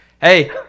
Hey